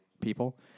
people